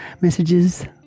messages